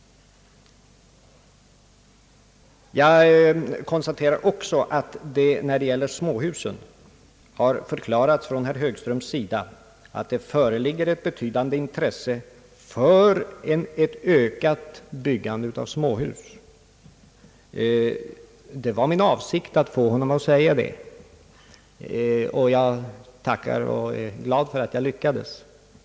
Jag konstaterar också att herr Högström har förklarat att det föreligger ett betydande intresse för ett ökat byggande av småhus. Det var min avsikt att få honom att säga detta, och jag tackar och är glad för att jag lyckades.